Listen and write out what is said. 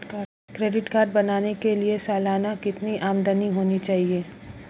Credit card बनाने के लिए सालाना कितनी आमदनी होनी चाहिए?